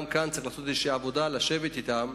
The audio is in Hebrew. גם כאן צריך לעשות עבודה כלשהי ולשבת אתם,